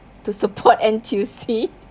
to support N_T_U_C